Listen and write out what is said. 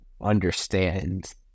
understand